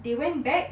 they went back